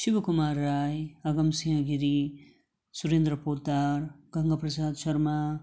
Shiv Kumar Rai Agam Singh Giri Surendra Poddar Ganga Prasad Sharma